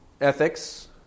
ethics